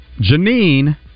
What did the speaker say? Janine